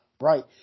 right